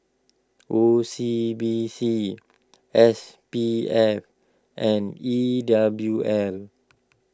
O C B C S P F and E W L